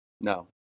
No